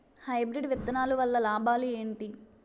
Hybrid విత్తనాలు వల్ల లాభాలు ఏంటి?